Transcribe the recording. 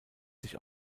sich